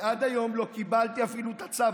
אני עד היום לא קיבלתי אפילו את הצו.